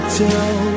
tell